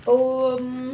oh um